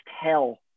hell